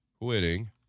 quitting